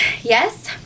yes